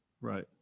right